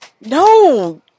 No